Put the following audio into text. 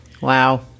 Wow